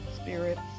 spirits